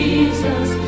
Jesus